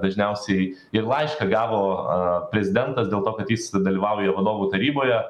dažniausiai ir laišką gavo prezidentas dėl to kad jis dalyvauja vadovų taryboje